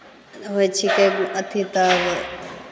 होइ छिकै अथी तब